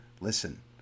listen